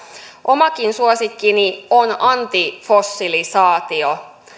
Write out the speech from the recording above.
omakin suosikkini on antifossilisaatio